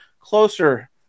closer